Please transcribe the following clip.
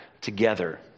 together